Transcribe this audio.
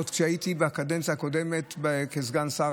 עוד כשהייתי בקדנציה הקודמת כסגן שר,